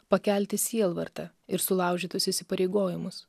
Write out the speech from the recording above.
pakelti sielvartą ir sulaužytus įsipareigojimus